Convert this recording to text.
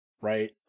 Right